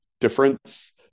difference